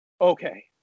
Okay